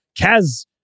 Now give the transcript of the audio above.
Kaz